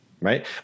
right